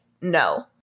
no